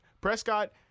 Prescott